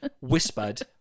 whispered